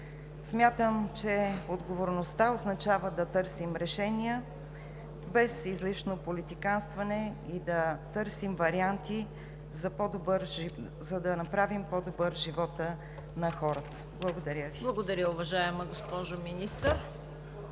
Смятам, че отговорността означава да търсим решения без излишно политиканстване и да търсим варианти, за да направим по-добър живота на хората. Благодаря Ви. ПРЕДСЕДАТЕЛ ЦВЕТА